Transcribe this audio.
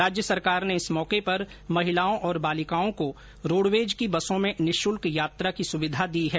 राज्य सरकार ने इस मौके पर महिलाओं और बालिकाओं को रोडवेज की बसों में निःशुल्क यात्रा की सुविधा दी है